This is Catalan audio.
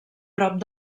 prop